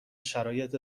شرایط